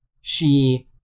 she-